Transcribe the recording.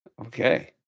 okay